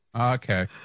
Okay